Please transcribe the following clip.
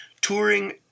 touring